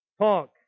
talk